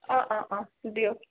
অ' অ' অ' দিয়ক